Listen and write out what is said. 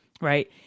right